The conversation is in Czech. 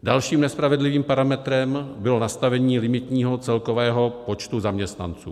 Dalším nespravedlivým parametrem bylo nastavení limitního celkového počtu zaměstnanců.